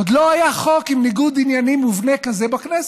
עוד לא היה חוק עם ניגוד עניינים מובנה כזה בכנסת.